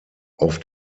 auf